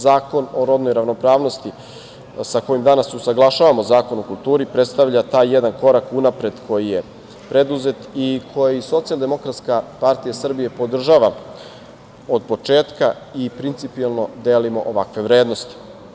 Zakon o rodnoj ravnopravnosti sa kojim danas usaglašavamo Zakon o kulturi predstavlja taj jedan korak unapred koji je preduzet i koji Socijaldemokratska partija Srbije podržava od početka i principijelno delimo ovakve vrednosti.